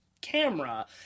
camera